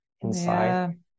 inside